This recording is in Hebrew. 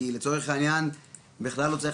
כי לצורך העניין בכלל לא צריך